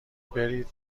برید